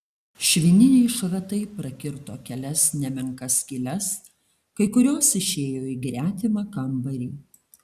švininiai šratai prakirto kelias nemenkas skyles kai kurios išėjo į gretimą kambarį